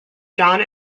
john